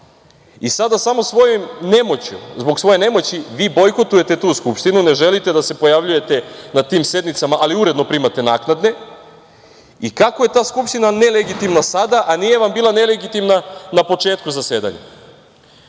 i sada samo zbog svoje nemoći vi bojkotujete tu Skupštinu, ne želite da se pojavljujete na tim sednicama, ali uredno primate naknade, i kako je ta Skupština nelegitimna sada, a nije vam bila nelegitimna na početku zasedanja? Nije